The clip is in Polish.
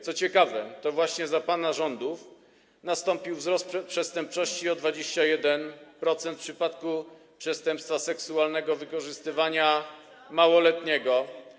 Co ciekawe, to właśnie za pana rządów nastąpił wzrost przestępczości o 21% w przypadku przestępstw seksualnego wykorzystywania małoletnich.